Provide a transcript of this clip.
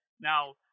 Now